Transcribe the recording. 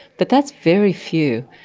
but that's very few.